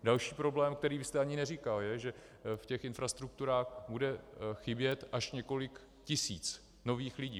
Další problém, který jste ani neříkal, je, že v infrastrukturách bude chybět až několik tisíc nových lidí.